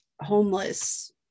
homeless